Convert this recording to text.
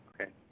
Okay